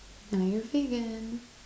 now you're vegan